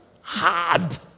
hard